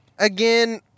Again